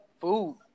Food